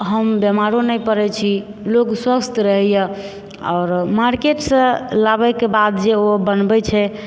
हम बिमारो नहि पड़ै छी लोग स्वस्थ रहैए आओर मार्केटसँ लाबैके बाद जे ओ बनबै छै